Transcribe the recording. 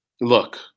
look